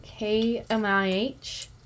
KMIH